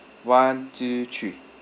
one two three